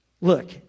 Look